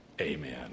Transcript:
amen